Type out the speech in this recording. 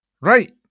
Right